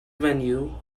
venue